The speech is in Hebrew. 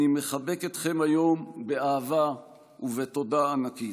אני מחבק אתכם היום באהבה ובתודה ענקית.